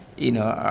you know,